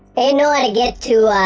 and know how to get to